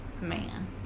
man